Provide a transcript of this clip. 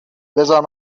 بزار